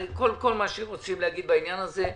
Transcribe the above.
כל מה שרוצים להגיד בעניין הזה.